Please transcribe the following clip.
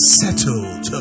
settled